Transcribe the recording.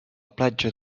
platja